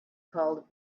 called